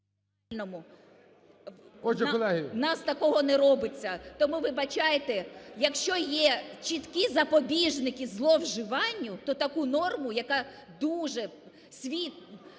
нас такого не робиться. Тому, вибачайте, якщо є чіткі запобіжники зловживанню, то таку норму, яка дуже